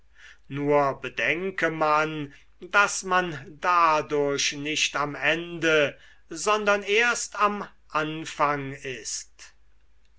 nur bedenke man daß man dadurch nicht am ende sondern erst am anfang ist